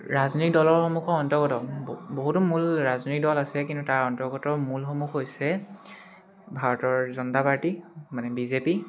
ৰাজনৈতিক দলৰসমূহ অন্তৰ্গত বহুতো মূল ৰাজনৈতিক দল আছে কিন্তু তাৰ অন্তৰ্গতৰ মূলসমূহ হৈছে ভাৰতৰ জনতা পাৰ্টী মানে বি জে পি